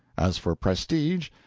as for prestige,